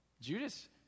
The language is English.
Judas